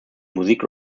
musik